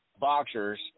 boxers